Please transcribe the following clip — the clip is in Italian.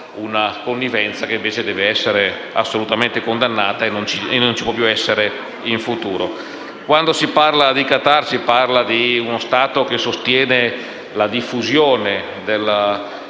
una connivenza, che deve essere assolutamente condannata e non deve più esserci in futuro. Quando si parla di Qatar, si parla di uno Stato che sostiene la diffusione della